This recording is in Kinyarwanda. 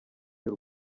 y’u